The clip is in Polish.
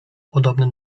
podobny